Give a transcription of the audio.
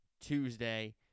Tuesday